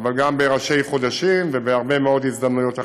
אבל גם בראשי חודשים ובהרבה מאוד הזדמנויות אחרות,